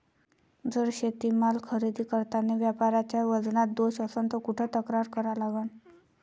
जर शेतीमाल खरेदी करतांनी व्यापाऱ्याच्या वजनात दोष असन त कुठ तक्रार करा लागन?